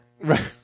right